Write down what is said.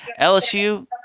LSU